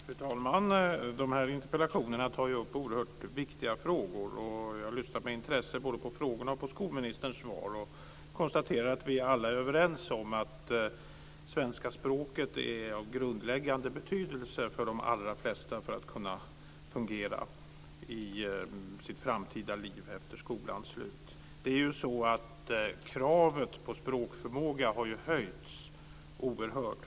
Fru talman! Fru talman! De här interpellationerna tar upp oerhört viktiga frågor. Jag har lyssnat med intresse både på frågorna och på skolministerns svar och konstaterar att vi alla är överens om att svenska språket för de allra flesta är av grundläggande betydelse för att kunna fungera i sitt framtida liv efter skolans slut. Kravet på språkförmåga har ju höjts oerhört.